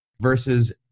versus